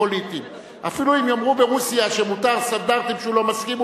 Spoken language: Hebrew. אפילו אם יאמרו ברוסיה שמותר סטנדרטים שהוא לא מסכים,